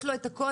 יש לו את הקוד.